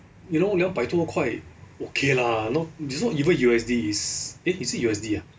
you know 两百多块 okay lah no~ not even U_S_D is eh is it U_S_D ah